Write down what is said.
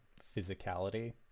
physicality